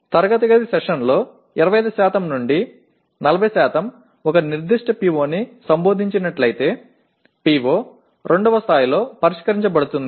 తరగతి గది సెషన్లలో 25 నుండి 40 ఒక నిర్దిష్ట PO ని సంబోధించినట్లయితే PO 2వ స్థాయిలో పరిష్కరించబడుతుంది